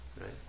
right